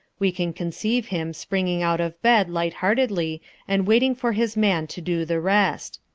we can conceive him springing out of bed light-heartedly and waiting for his man to do the rest.